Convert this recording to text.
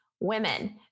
Women